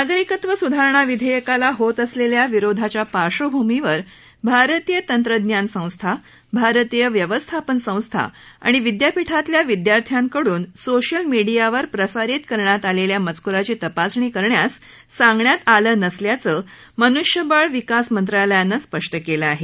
नागरीकत्व सुधारणा विधेयकाला होत असलेल्या विरोधाच्या पार्श्वभूमीवर भारतीय तंत्रज्ञान संस्था भारतीय व्यवस्थापन संस्था आणि विद्यापीठातल्या विद्यार्थ्यांकडून सोशल मीडियावर प्रसारित करण्यात आलेल्या मजकुराची तपासणी करण्यास सांगण्यात आलं नसल्याचं मनुष्यबळ विकास मंत्रालयानं स्पष्ट केलं आहे